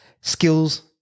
skills